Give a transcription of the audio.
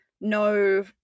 no